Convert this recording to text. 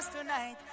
tonight